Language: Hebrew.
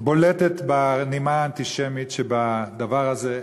בולטת בנימה האנטישמית שבדבר הזה.